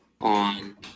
on